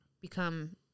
become